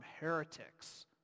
heretics